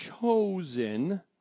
chosen